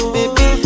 Baby